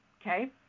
Okay